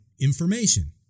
information